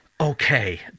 Okay